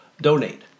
Donate